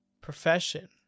profession